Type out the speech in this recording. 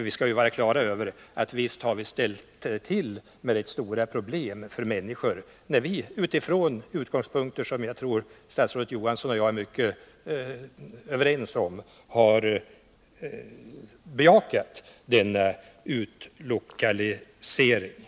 Vi måste ju vara på det klara med att vi faktiskt har ställt till med rätt stora problem för människor, när vi — utifrån utgångspunkter som jag tror att statsrådet Johansson och jag är överens om — har bejakat en utlokalisering.